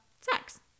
sex